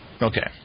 Okay